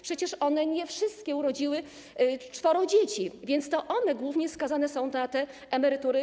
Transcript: Przecież one nie wszystkie urodziły czworo dzieci, więc to one głównie skazane są na te głodowe emerytury.